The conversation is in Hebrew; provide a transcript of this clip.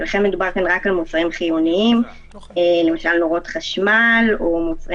לכן מדובר כאן רק על מוצרים חיוניים כמו למשל נורות חשמל או מוצרי